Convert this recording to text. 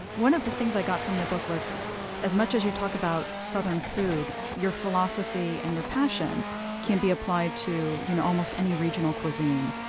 one of the things i got from your book was as much as you talk about southern food, your philosophy and your passion can be applied to you know almost any regional cuisine